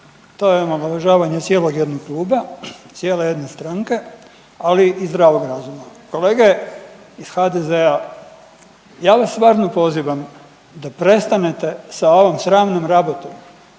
to je omalovažavanje cijelog jednog kluba, cijele jedne stranke, ali i zdravog razuma. Kolege iz HDZ-a, ja vas stvarno pozivam da prestanete sa ovom sramnom rabotom